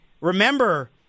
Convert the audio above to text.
remember